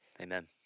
Amen